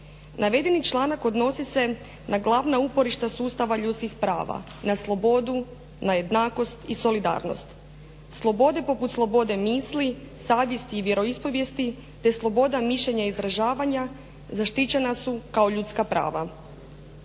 Navedeni članak odnosi se na glavna uporišta sustava ljudskih prava, na slobodu, na jednakost i solidarnost. Slobode poput slobode misli, savjesti i vjeroispovijesti te sloboda mišljenja i izražavanja zaštićena su kao ljudska prava.